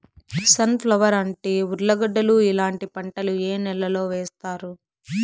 Sun flower, అంటి, ఉర్లగడ్డలు ఇలాంటి పంటలు ఏ నెలలో వేస్తారు?